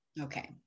Okay